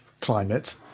climate